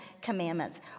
Commandments